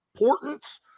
importance